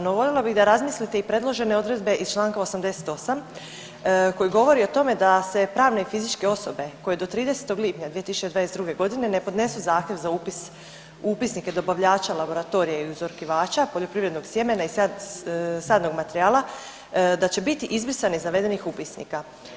No, voljela bih da razmislite i predložene odredbe iz Članka 88., koji govori o tome da se pravne i fizičke osobe koje do 30. lipnja 2022. godine ne podnesu zahtjev za upis u upisnike dobavljača laboratorija i uzorkivača poljoprivrednog sjemena i sadnog materijala da će biti izbrisani iz navedenog upitnika.